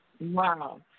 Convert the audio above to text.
Wow